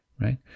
right